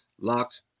locked